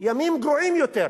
ימים גרועים יותר.